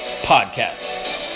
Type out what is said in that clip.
podcast